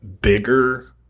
bigger